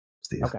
Steve